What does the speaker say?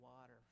water